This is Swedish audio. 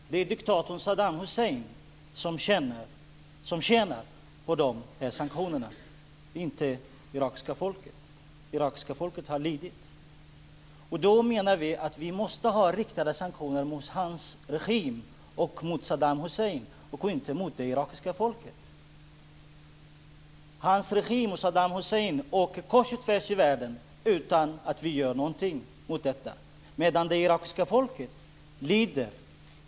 Fru talman! Det är självklart att det är diktatorn Saddam Hussein som tjänar på sanktionerna, inte det irakiska folket. Det irakiska folket har lidit. Vi menar att det måste vara riktade sanktioner mot Saddam Hussein och hans regim, inte mot det irakiska folket. Saddam Hussein åker kors och tvärs i världen utan att vi gör någonting åt detta, medan det irakiska folket lider.